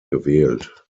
gewählt